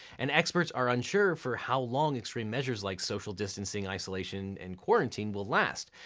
and experts are unsure for how long extreme measures like social distancing, isolation, and quarantine will last.